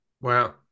Wow